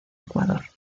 ecuador